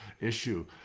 issue